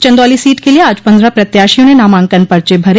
Chandauli seat के लिये आज पन्द्रह प्रत्याशियों ने नामांकन पर्चे भरे